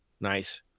Nice